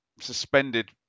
suspended